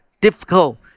difficult